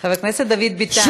חבר הכנסת דוד ביטן.